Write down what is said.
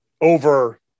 over